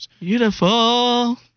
Beautiful